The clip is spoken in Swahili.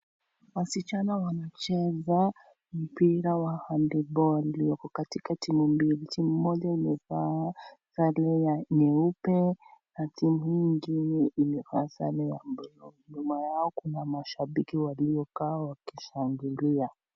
Wasichana wanqcheza mpira wa handiboli wako katika timu mbili timu moja imevaa sare ya nyeupe na timu hiyo nyingine imevaa sare ya buluu nyuma yako kuna mashabiki walio kaa na kushangilia